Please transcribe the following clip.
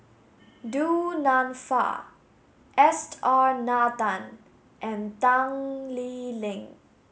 Du Nanfa S R Nathan and Tan Lee Leng